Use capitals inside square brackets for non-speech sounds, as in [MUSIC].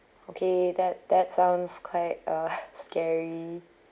okay that that sounds quite uh [LAUGHS] scary